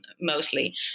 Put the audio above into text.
mostly